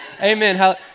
Amen